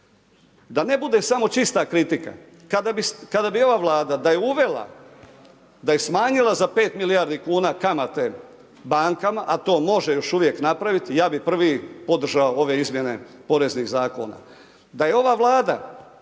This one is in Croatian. Da ne bude samo čista kritika, kada bi ova Vlada, da je uvela, da je smanjila za 5 milijardi kuna kamate bankama, a to može još uvijek napraviti, ja bih prvi podržao ove izmjene poreznih zakona. Da je ova Vlada